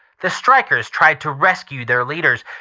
the strikers tried to rescue their leaders,